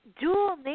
dual